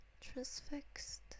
transfixed